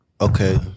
Okay